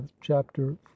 chapter